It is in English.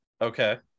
Okay